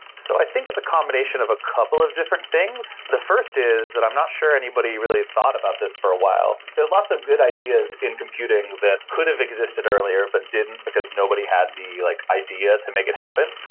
so, i think it's a combination of a couple of different things. the first is, that i'm not sure anybody really have thought about this for a while. there're lots of good ideas in computing that could have existed earlier, but didn't because nobody had the like idea to make it happen.